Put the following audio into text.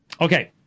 Okay